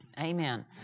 Amen